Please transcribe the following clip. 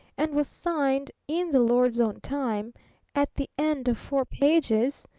and was signed in the lord's own time at the end of four pages,